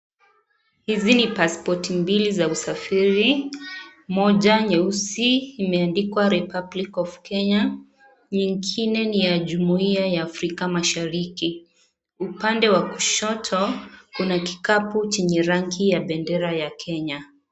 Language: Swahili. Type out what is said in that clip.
"Hizi ni pasipoti mbili za usafiri. Moja ni nyeusi na imeandikwa 'Republic of Kenya,' na nyingine ni ya Jumuia ya Afrika Mashariki. Upande wa kushoto kuna kikapu chenye rangi ya bendera ya Kenya."